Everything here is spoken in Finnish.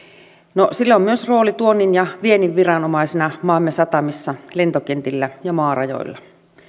sillä on myös rooli tuonnin ja viennin viranomaisena maamme satamissa lentokentillä ja maarajoilla